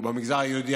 ובמגזר היהודי,